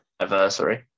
anniversary